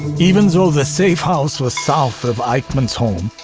even though the safe house was south of eichmann's home,